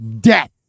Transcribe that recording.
Death